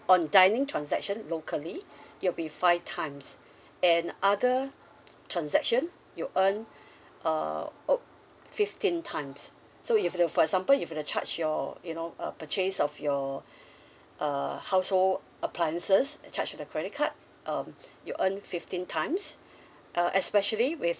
on dining transaction locally it'll be five times and other transaction you earn err oh fifteen times so if the for example if the charge your you know purchase of your err household appliances charge to the credit card um you earn fifteen times uh especially with